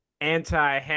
anti